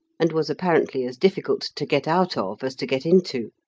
and was apparently as difficult to get out of as to get into.